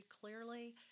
clearly